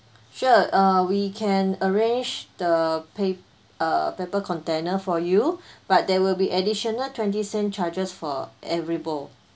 sure uh we can arrange the pa~ uh paper container for you but there will be additional twenty cents charges for every bowl